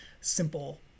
simple